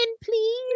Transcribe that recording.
please